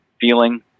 feeling